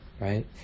right